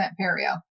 perio